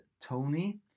Tony